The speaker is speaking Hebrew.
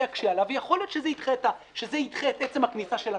יקשה עליו ויכול להיות שזה ידחה את עצם הכניסה שלו.